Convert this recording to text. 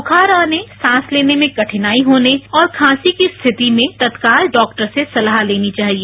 बुखार आने सांस लेने में कठिनाई होने और खासी की स्थिति में तत्काल डॉक्टर से सलाह लेनी चाहिए